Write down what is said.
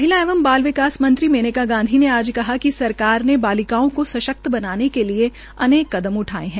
महिला एवं बाल विकास मंत्री मेनका गांधी ने आज कहा कि सरकार ने बालिकाओं को सशक्त बनाने के लिये अनेक कदम उठाए है